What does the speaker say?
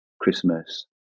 Christmas